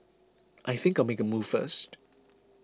I think I'll make a move first